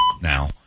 now